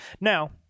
Now